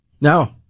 No